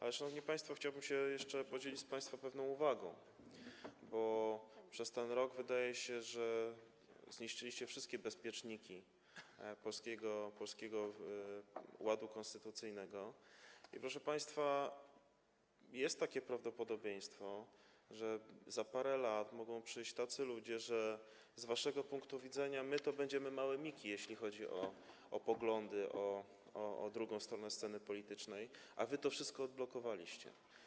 Ale, szanowni państwo, chciałbym się jeszcze podzielić z państwem pewną uwagą, bo wydaje się, że przez ten rok zniszczyliście wszystkie bezpieczniki polskiego ładu konstytucyjnego i, proszę państwa, jest takie prawdopodobieństwo, że za parę lat mogą tu przyjść tacy ludzie, że z waszego punktu widzenia my to będziemy małe miki, jeśli chodzi o poglądy, o drugą stronę sceny politycznej, a wy to wszystko odblokowaliście.